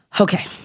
Okay